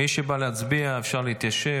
מי שבא להצביע, אפשר להתיישב.